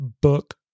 book